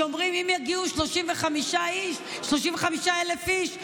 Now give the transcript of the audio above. שאומרים: אם יגיעו 35,000 איש,